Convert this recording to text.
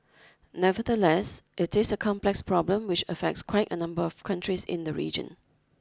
nevertheless it is a complex problem which affects quite a number of countries in the region